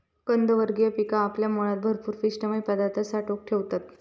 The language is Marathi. कंदवर्गीय पिका आपल्या मुळात भरपूर पिष्टमय पदार्थ साठवून ठेवतत